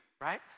right